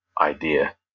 idea